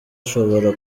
ushobora